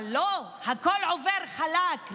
אבל לא, הכול עובר חלק.